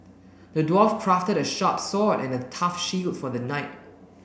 the dwarf crafted a sharp sword and a tough shield for the knight